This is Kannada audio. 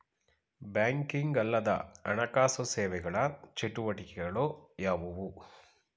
ಬ್ಯಾಂಕಿಂಗ್ ಅಲ್ಲದ ಹಣಕಾಸು ಸೇವೆಗಳ ಚಟುವಟಿಕೆಗಳು ಯಾವುವು?